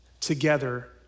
together